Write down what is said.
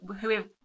whoever